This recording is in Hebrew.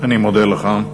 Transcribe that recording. אני מודה לך.